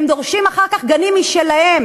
הם דורשים אחר כך גנים משלהם,